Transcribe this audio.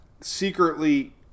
secretly